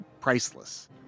priceless